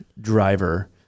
driver